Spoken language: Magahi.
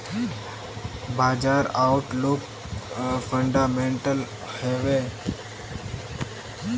बाजार आउटलुक फंडामेंटल हैवै?